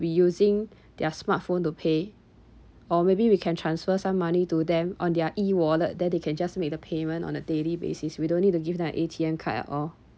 be using their smartphone to pay or maybe we can transfer some money to them on their E wallet then they can just make the payment on a daily basis we don't need to give them a A_T_M card at all